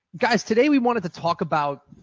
guys, today we wanted to talk about